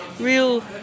real